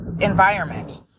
environment